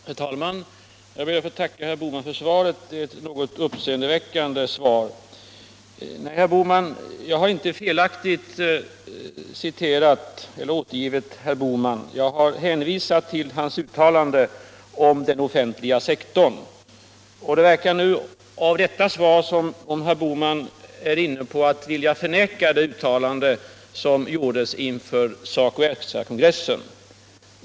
Herr talman! Jag ber att få tacka herr Bohman för svaret, som är något uppseendeväckande. Jag har inte felaktigt återgett vad herr Bohman sagt. Jag har hänvisat till hans uttalande om den offentliga sektorn. Det verkar av detta svar som om herr Bohman är inne på att vilja förneka det uttalande som han gjorde inför SACO/SR-kongressen.